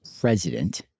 president